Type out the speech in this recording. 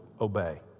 obey